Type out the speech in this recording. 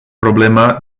problema